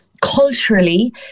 culturally